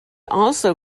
also